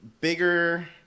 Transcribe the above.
bigger